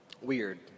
weird